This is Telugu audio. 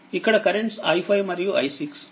ఇక్కడ కరెంట్స్ i5మరియు i6